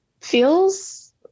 feels